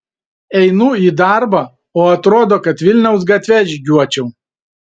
einu į darbą o atrodo kad vilniaus gatve žygiuočiau